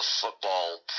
football